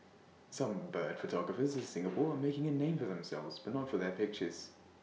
some bird photographers in Singapore are making A name for themselves but not for their pictures